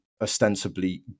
ostensibly